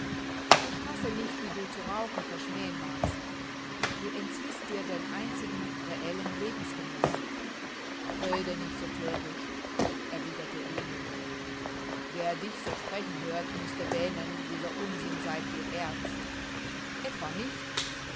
ich fasse nicht wie du zu rauchen verschmähen magst du entziehst dir den einzigen reellen lebensgenuß rede nicht so thöricht erwiderte emil wer dich so sprechen hört müßte wähnen dieser unsinn sei dir ernst etwa nicht